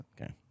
Okay